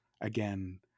again